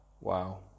Wow